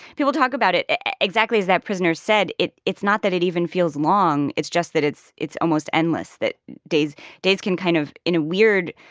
people talk about it exactly as that prisoner said. it's not that it even feels long. it's just that it's it's almost endless, that days days can kind of, in a weird,